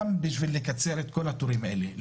גם כדי לקצר את כל התורים האלה.